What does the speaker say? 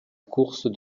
course